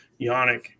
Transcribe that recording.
Yannick